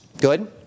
Good